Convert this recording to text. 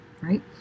right